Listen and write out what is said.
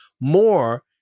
more